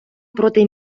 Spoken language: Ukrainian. проти